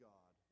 God